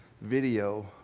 video